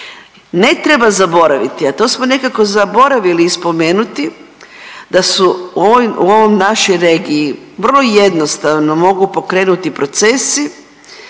Ne treba zaboraviti, a to smo nekako zaboravili spomenuti da su ovim, u ovoj našoj regiji vrlo jednostavno mogu pokrenuti procesi